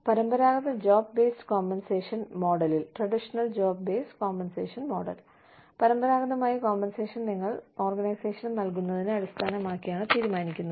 പരമ്പരാഗത job based compensation മോഡലിൽ പരമ്പരാഗതമായി കോമ്പൻസേഷൻ നിങ്ങൾ ഓർഗനൈസേഷന് നൽകുന്നതിനെ അടിസ്ഥാനമാക്കിയാണ് തീരുമാനിക്കുന്നത്